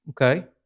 Okay